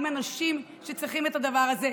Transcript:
עם אנשים שצריכים את הדבר הזה,